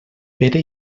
pere